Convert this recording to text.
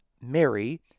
mary